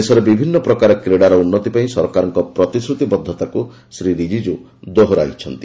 ଦେଶରେ ବିଭିନ୍ନ ପ୍ରକାର କ୍ରୀଡ଼ାର ଉନ୍ନତି ପାଇଁ ସରକାରଙ୍କର ପ୍ରତିଶ୍ରତିବଦ୍ଧତାକୁ ଶ୍ରୀ ରିଜିଜୁ ଦୋହରାଇଛନ୍ତି